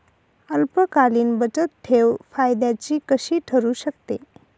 अल्पकालीन बचतठेव फायद्याची कशी ठरु शकते?